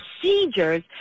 procedures